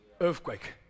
Earthquake